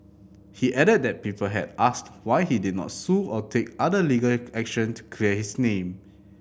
he added that people had asked why he did not sue or take other legal action to clear his name